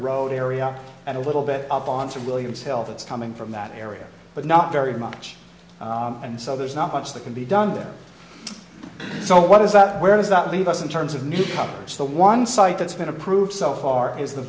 road area and a little bit up on civilians health it's coming from that area but not very much and so there's not much that can be done there so what is that where does that leave us in terms of new coverage the one site that's been approved so far is the